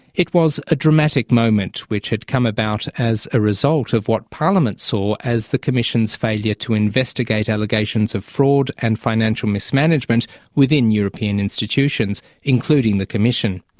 it was a dramatic moment which had come about as a result of what parliament saw as the commission's failure to investigate allegations of fraud and financial mismanagement within european institutions, including the commission.